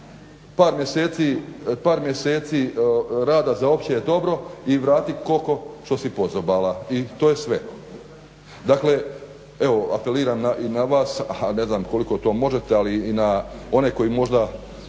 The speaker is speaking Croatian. par mjeseci rada za opće dobro "I vratit koko što si pozobala" i to je sve. Dakle, evo apeliram i na vas, a ne znam koliko to možete, ali i na one koji možda